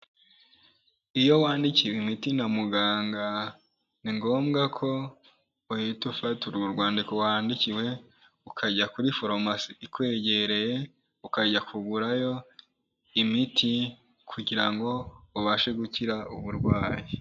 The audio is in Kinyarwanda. Iyo wandikiwe imiti na muganga, ni ngombwa ko uhita ufata urwo rwandiko wandikiwe ukajya kuri foromasi ikwegereye ukajya kugurayo imiti kugira ngo ubashe gukira uburwayi.